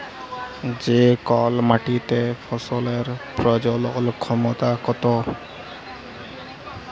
যে কল মাটিতে ফসলের প্রজলল ক্ষমতা কত